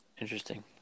Interesting